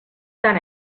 tant